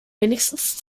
wenigstens